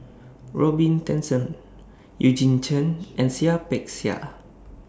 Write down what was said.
Robin Tessensohn Eugene Chen and Seah Peck Seah